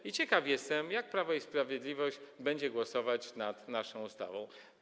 I ciekaw jestem, jak Prawo i Sprawiedliwość będzie głosować nad naszą ustawą.